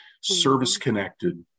service-connected